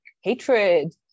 hatred